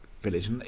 village